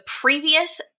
previous